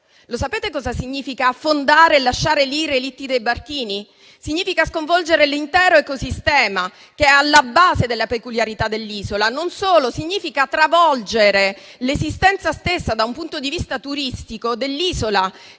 Sapete cosa significa affondare e lasciare lì i relitti dei barchini? Significa sconvolgere l'intero ecosistema che è alla base della peculiarità dell'isola; non solo, significa travolgere l'esistenza stessa da un punto di vista turistico dell'isola,